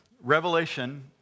Revelation